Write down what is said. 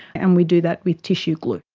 and we do that with tissue glue.